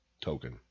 token